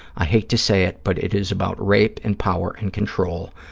i hate to say it, but it is about rape and power and control.